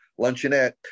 Luncheonette